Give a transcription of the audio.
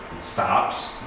stops